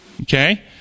Okay